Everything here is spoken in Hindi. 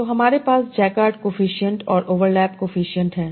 तो हमारे पास जैककार्ड कोएफिसिएंट और ओवरलैप कोएफिसिएंट है